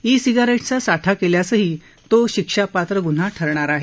E सिंगारेट्सचा साठा केल्यासही तो शिक्षापात्र गुन्हा ठरणार आहे